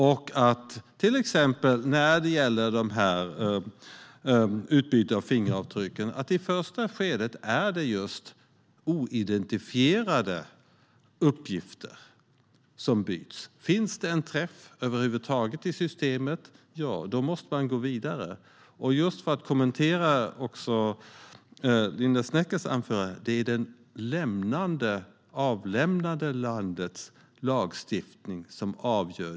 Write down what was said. När det gäller till exempel utbyte av fingeravtryck är det i första skedet oidentifierade uppgifter som byts. Finns det en träff över huvud taget i systemet måste man gå vidare. Just för att kommentera Linda Sneckers anförande: Det är det avlämnande landets lagstiftning som avgör.